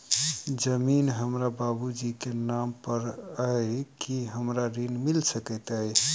जमीन हमरा बाबूजी केँ नाम पर अई की हमरा ऋण मिल सकैत अई?